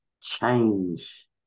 change